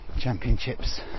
Championships